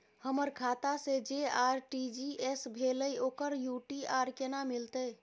हमर खाता से जे आर.टी.जी एस भेलै ओकर यू.टी.आर केना मिलतै?